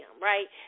right